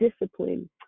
discipline